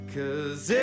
Cause